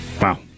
Wow